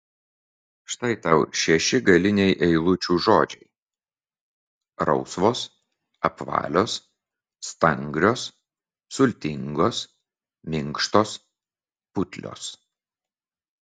štai tau šeši galiniai eilučių žodžiai rausvos apvalios stangrios sultingos minkštos putlios